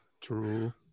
True